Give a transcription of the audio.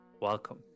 welcome